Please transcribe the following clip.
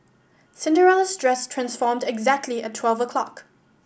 Cinderella's dress transformed exactly at twelve o'clock